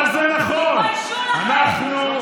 29 שנים,